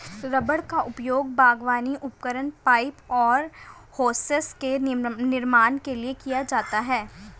rubber का उपयोग बागवानी उपकरण, पाइप और होसेस के निर्माण के लिए किया जाता है